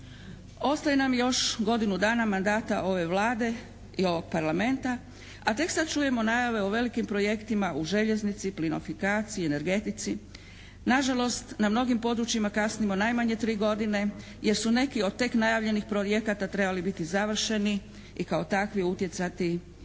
Ostaje nam još godinu dana mandata ove Vlade i ovog Parlamenta, a tek sad čujemo najave o velikim projektima u željeznici, plinofikaciji, energetici. Nažalost, na mnogim područjima kasnimo najmanje 3 godine jer su neki od tek najavljenih projekata trebali biti završeni i kao takvi utjecati na